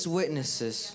witnesses